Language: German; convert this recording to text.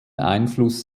einfluss